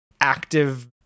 active